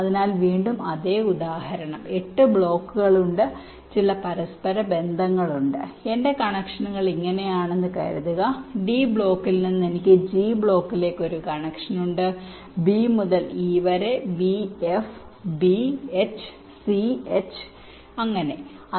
അതിനാൽ വീണ്ടും അതേ ഉദാഹരണം 8 ബ്ലോക്കുകൾ ഉണ്ട് ചില പരസ്പരബന്ധങ്ങൾ ഉണ്ട് എന്റെ കണക്ഷനുകൾ ഇങ്ങനെയാണെന്ന് കരുതുക ഡി ബ്ലോക്കിൽ നിന്ന് എനിക്ക് ജി ബ്ലോക്കിലേക്ക് ഒരു ബന്ധമുണ്ട് ബി മുതൽ E B F B H C മുതൽ എച്ച് വരെ